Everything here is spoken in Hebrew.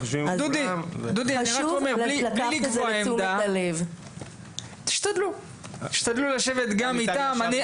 דודי, בלי לקבוע עמדה, תשתדלו לשבת גם איתם.